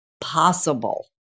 possible